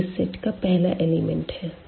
यह इस सेट का पहला एलिमेंट है